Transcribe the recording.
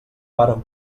vàrem